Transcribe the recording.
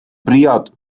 briod